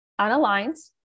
unaligned